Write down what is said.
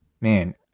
man